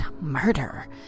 murder